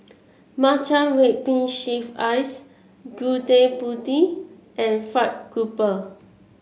Matcha Red Bean Shaved Ice Gudeg Putih and fried grouper